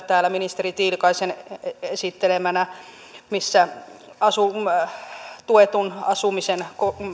täällä ministeri tiilikaisen esittelemänä myös lainsäädäntö missä tuetun asumisen